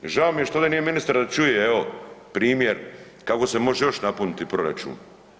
Žao mi je što ovdje nije ministar da čuje, evo primjer kako se može još napuniti proračun.